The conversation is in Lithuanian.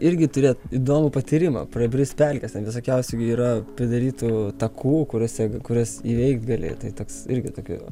irgi turi įdomų patyrimą prabrist pelkes ten visokiausių gi yra pridarytų takų kuriuose kuriuos įveikt gali tai toks irgi tokio